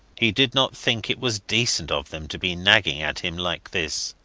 he did not think it was decent of them to be nagging at him like this.